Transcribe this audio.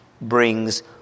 brings